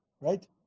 right